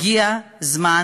הגיע הזמן